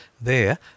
There